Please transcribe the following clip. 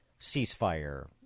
ceasefire